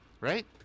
Right